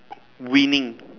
winning